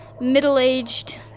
middle-aged